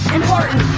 important